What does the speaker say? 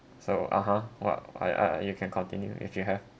so (uh huh) what I ah you can continue if you have